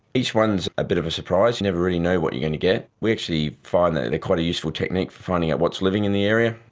each one is a bit of a surprise, you never really know what you're going to get. we actually find that they're quite a useful technique for finding out what's living in the area,